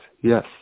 yes